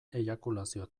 eiakulazio